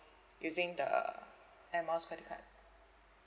using the air miles credit card